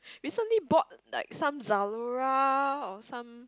recently bought like some Zalora or some